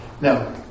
Now